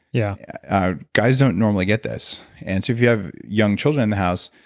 yeah ah guys don't normally get this and so if you have young children in the house,